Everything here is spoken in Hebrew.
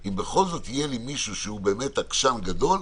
אם בכל זאת יהיה לי מישהו שהוא עקשן גדול,